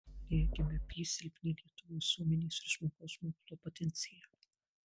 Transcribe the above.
regime apysilpnį lietuvių visuomenės ir žmogaus mokslo potencialą